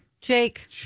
Jake